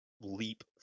leap